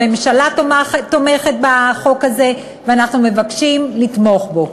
הממשלה תומכת בחוק הזה, ואנחנו מבקשים לתמוך בו.